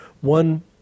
one